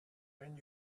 and